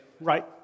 right